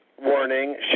warning